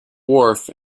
wharf